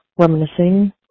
reminiscing